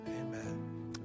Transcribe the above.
Amen